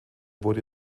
wurde